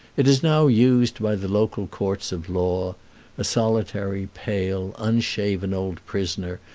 it is now used by the local courts of law a solitary, pale unshaven old prisoner,